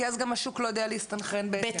כי אז גם השוק לא יודע להסתנכרן בהתאם.